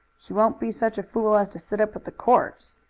he won't be such a fool as to sit up with the corpse,